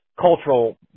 cultural